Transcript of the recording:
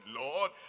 Lord